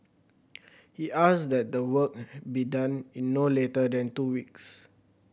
he asked that the work be done in no later than two weeks